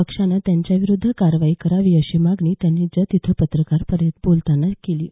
पक्षानं त्यांच्याविरुद्ध कारवाई करावी अशी मागणीही त्यांनी जत इथं पत्रकारांशी बोलताना केली आहे